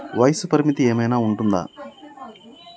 వయస్సు పరిమితి ఏమైనా ఉంటుందా?